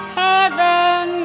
heaven